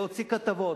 להוציא כתבות,